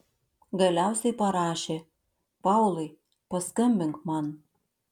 galiausiai parašė paulai paskambink man